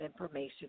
information